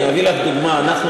אני אביא לך דוגמה שאנחנו,